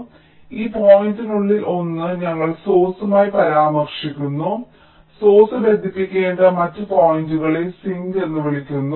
അതിനാൽ ഈ പോയിന്റുകളിൽ ഒന്ന് ഞങ്ങൾ സോഴ്സ്മായി പരാമർശിക്കുന്നു സോഴ്സ് ബന്ധിപ്പിക്കേണ്ട മറ്റ് പോയിന്റുകളെ സിങ്ക് എന്ന് വിളിക്കുന്നു